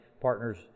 partners